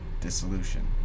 dissolution